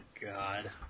God